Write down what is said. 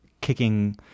kicking